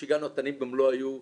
כשהגענו התנים גם לא היו,